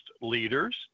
leaders